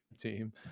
team